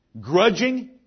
Grudging